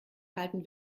kalten